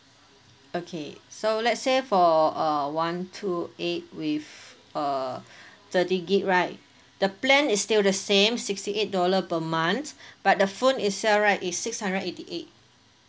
okay so let's say for uh one two eight with uh thirty gig right the plan is still the same sixty eight dollar per month but the phone itself right is six hundred eighty eight